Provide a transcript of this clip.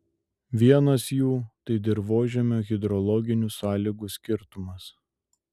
vienas jų tai dirvožemio hidrologinių sąlygų skirtumas